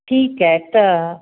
ठीकु आहे त